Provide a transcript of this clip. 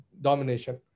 domination